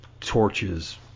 torches